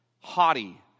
haughty